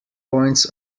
points